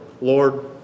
Lord